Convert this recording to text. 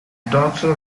doctor